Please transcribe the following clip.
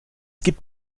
gibt